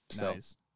Nice